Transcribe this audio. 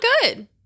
good